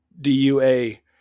D-U-A-